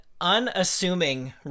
unassuming